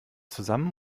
zusammen